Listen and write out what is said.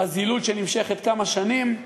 בזילות שנמשכת כמה שנים.